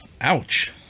Ouch